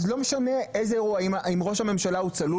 אז לא משנה איזה אירוע אם ראש הממשלה הוא צלול